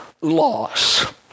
loss